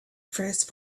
first